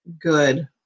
good